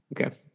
okay